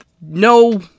No